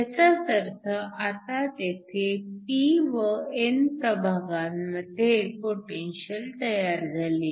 ह्याचाच अर्थ आता तेथे p व n प्रभागांमध्ये पोटेन्शिअल तयार झाली